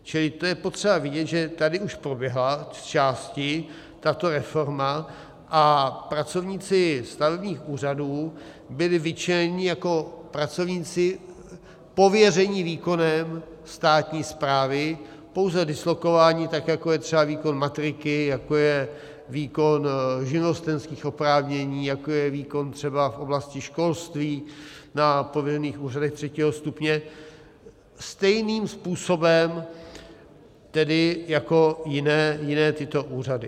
Čili to je potřeba vidět, že tady už proběhla zčásti tato reforma a pracovníci stavebních úřadů byli vyčleněni jako pracovníci pověření výkonem státní správy pouze dislokováni, tak jako je třeba výkon matriky, jako je výkon živnostenských oprávnění, jako je výkon třeba v oblasti školství na pověřených úřadech III. stupně, stejným způsobem tedy jako jiné tyto úřady.